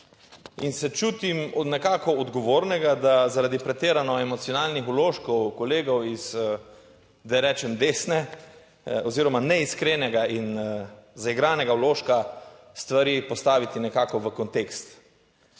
In se čutim nekako odgovornega, da zaradi pretirano emocionalnih vložkov kolegov iz, da rečem, desne oziroma neiskrenega in zaigranega vložka, stvari postaviti nekako v kontekst.